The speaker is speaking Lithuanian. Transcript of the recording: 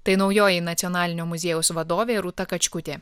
tai naujoji nacionalinio muziejaus vadovė rūta kačkutė